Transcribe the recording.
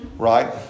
Right